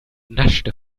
naschte